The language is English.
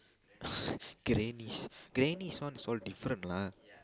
grannies grannies one is all different lah